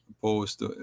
Post